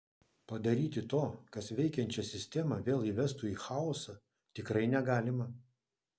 padaryti to kas veikiančią sistemą vėl įvestų į chaosą tikrai negalima